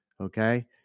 Okay